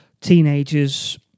teenagers